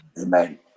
Amen